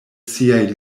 siaj